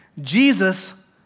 Jesus